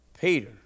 Peter